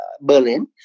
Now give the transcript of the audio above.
Berlin